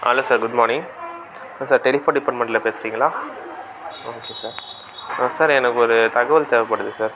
hello sir good morning sir telephone டிப்பார்ட்மெண்டில் பேசுகிறிங்களா okay sir sir எனக்கு ஒரு தகவல் தேவைப்படுது சார்